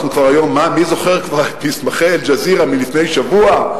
מי זוכר כבר את מסמכי "אל-ג'זירה" מלפני שבוע?